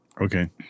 Okay